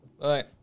Bye